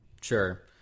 sure